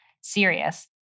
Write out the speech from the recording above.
serious